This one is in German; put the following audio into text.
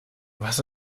was